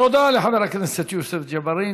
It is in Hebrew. תודה לחבר הכנסת יוסף ג'בארין.